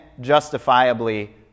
justifiably